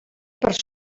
per